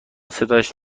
صدایش